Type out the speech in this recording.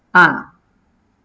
ah